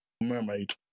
mermaid